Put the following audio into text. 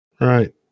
Right